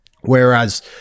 Whereas